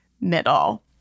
middle